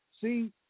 See